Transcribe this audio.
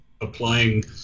Applying